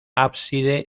ábside